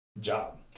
Job